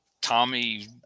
Tommy